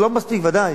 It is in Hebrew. זה לא מספיק, בוודאי.